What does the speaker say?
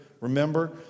Remember